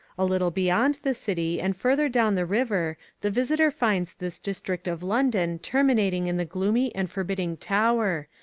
a little beyond the city and further down the river the visitor finds this district of london terminating in the gloomy and forbidding tower,